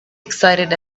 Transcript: excited